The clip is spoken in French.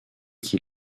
qui